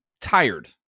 tired